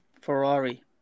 Ferrari